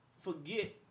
forget